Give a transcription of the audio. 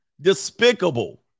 despicable